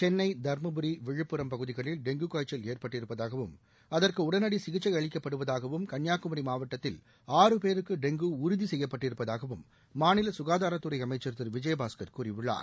சென்னை தர்மபுரி விழுப்புரம் பகுதிகளில் டெங்கு காய்ச்சல் ஏற்பட்டிருப்பதாகவும் அதற்கு உடனடி சிகிச்சை அளிக்கப்படுவதாகவும் கன்னியாகுமரி மாவட்டத்தில் பேருக்கு டெங்கு உறுதி செய்யப்பட்டிருப்பதாகவும் மாநில சுகாதாரத் துறை அமைச்சர் திரு விஜயபாஸ்கர் கூறியுள்ளார்